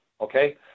okay